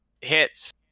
hits